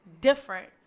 different